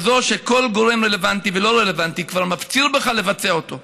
כזאת שכל גורם רלוונטי ולא רלוונטי כבר מפציר בך לבצע אותו.